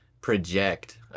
project